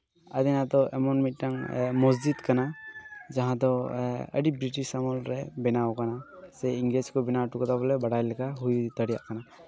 ᱟᱫᱤᱱᱟ ᱫᱚ ᱮᱢᱚᱱ ᱢᱤᱫᱴᱟᱝ ᱢᱚᱥᱡᱤᱫ ᱠᱟᱱᱟ ᱡᱟᱦᱟᱸ ᱫᱚ ᱟᱹᱰᱤ ᱵᱨᱤᱴᱤᱥ ᱟᱢᱚᱞ ᱨᱮ ᱵᱮᱱᱟᱣ ᱠᱟᱱᱟ ᱥᱮ ᱤᱝᱨᱮᱹᱡᱽ ᱠᱚ ᱵᱮᱱᱟᱣ ᱦᱚᱴᱚ ᱠᱟᱫᱟ ᱵᱚᱞᱮ ᱵᱟᱲᱟᱭ ᱞᱮᱠᱟ ᱦᱩᱭ ᱫᱟᱲᱮᱭᱟᱜ ᱠᱟᱱᱟ